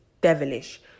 devilish